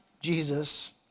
Jesus